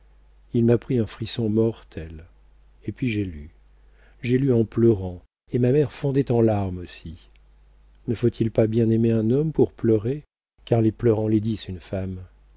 il m'a pris un frisson mortel et puis j'ai lu j'ai lu en pleurant et ma mère fondait en larmes aussi ne faut-il pas bien aimer un homme pour pleurer car les pleurs enlaidissent une femme